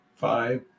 Five